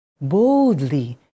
boldly